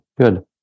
Good